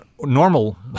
normal